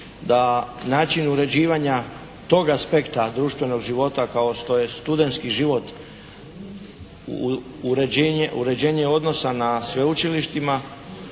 da način uređivanja tog aspekta društvenog života kao što je studentski život, uređenje odnosa na sveučilištima